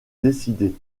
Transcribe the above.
décider